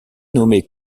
nommé